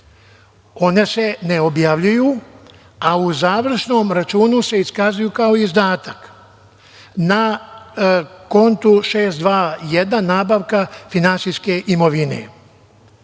One se ne objavljuju, a u završnom računu se iskazuju kao izdatak na kontu 621 – nabavka finansijske imovine.Za